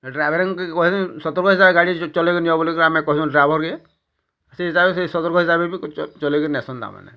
ଏ ଡ୍ରାଇଭର୍ଙ୍ଗି କି ସତର୍କ ହିସାବରେ ଗାଡ଼ି ଚଲେଇକି ନିଅ ବୋଲେ ଆମେ କହେସୁ ଡ୍ରାଇଭର୍କେ ସେ ଡ୍ରାଇଭର୍ ସେଇ ସତର୍କ ହିସାବରେ ବି ଚଲେଇକି ନେସନ୍ ତା ମାନେ